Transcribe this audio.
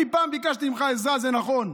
אני פעם ביקשתי ממך עזרה, זה נכון.